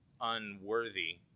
unworthy